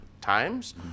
times